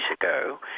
ago